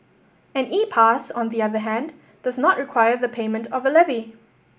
an E Pass on the other hand does not require the payment of a levy